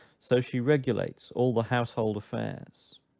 so she regulates all the household affairs.